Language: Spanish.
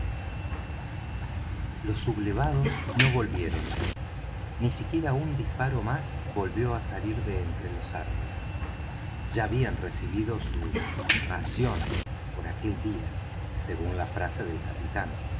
los sublevados no volvieron ya ni siquiera un disparo más volvió á salir de entre los árboles ya habían recibido su ración por aquel día según la frase del capitán